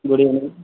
good evening